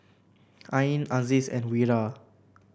Ain Aziz and Wira